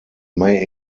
may